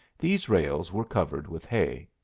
these rails were covered with hay.